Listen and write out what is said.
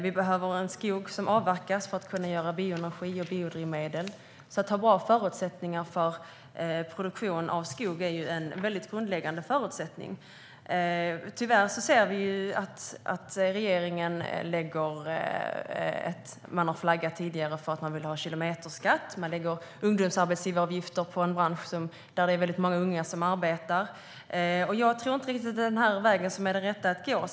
Vi behöver en skog som avverkas för att kunna göra bioenergi och biodrivmedel. Att ha bra förutsättningar för produktion av skog är en grundläggande förutsättning. Regeringen har tidigare flaggat för att man vill ha kilometerskatt, och man lägger ungdomsarbetsgivaravgifter på en bransch där det är många unga som arbetar. Jag tror inte att det är rätt väg att gå.